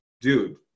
dude